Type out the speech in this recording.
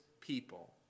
people